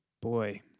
Boy